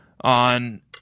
on